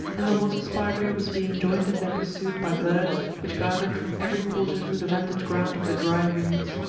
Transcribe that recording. and the water-spider was being joined in their pursuit by birds which gathered from every quarter to the vantage-ground of the dry reeds.